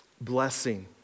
blessing